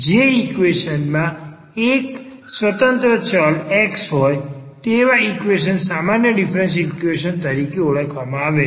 જે ઈક્વેશન માં એક જ સ્વતંત્ર ચલ x હોય તેવા ઈક્વેશન સામાન્ય ડીફરન્સીયલ ઈક્વેશન તરીકે ઓળખવામાં આવે છે